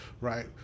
right